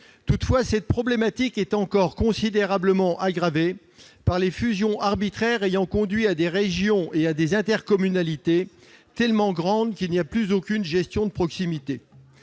Toutefois, cette problématique est encore considérablement aggravée par les fusions arbitraires ayant conduit à des régions et à des intercommunalités tellement grandes qu'il n'y a plus aucune gestion de proximité.